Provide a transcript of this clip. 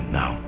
now